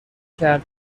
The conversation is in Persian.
کرد